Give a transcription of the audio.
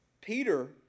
Peter